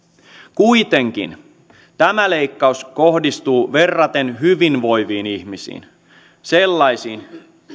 kuitenkin tämä leikkaus kohdistuu verraten hyvinvoiviin ihmisiin sellaisiin